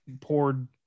poured